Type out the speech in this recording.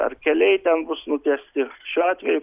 ar keliai ten bus nutiesti šiuo atveju